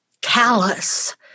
callous